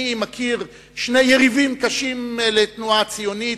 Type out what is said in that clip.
אני מכיר שני יריבים קשים לתנועה הציונית,